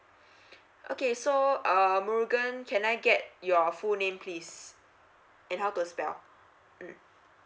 okay so uh murugan can I get your full name please and how to spell mm